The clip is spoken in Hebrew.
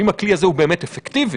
ואם הכלי הזה הוא באמת אפקטיבי,